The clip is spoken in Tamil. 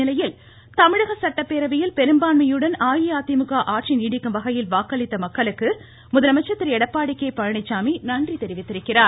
இந்நிலையில் தமிழக சட்டப்பேரவையில் பெரும்பான்மையுடன் அஇஅதிமுக ஆட்சி நீடிக்கும் வகையில் வாக்களித்த மக்களுக்கு முதலமைச்சர் திரு எடப்பாடி கே பழனிசாமி நன்றி தெரிவித்துள்ளார்